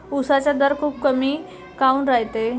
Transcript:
उसाचा दर खूप कमी काऊन रायते?